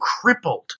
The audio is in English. crippled